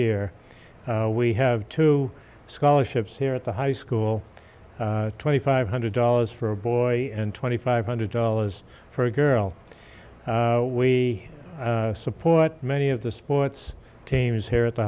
year we have two scholarships here at the high school twenty five hundred dollars for a boy and twenty five hundred dollars for a girl we support many of the sports teams here at the